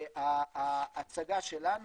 ההצגה שלנו.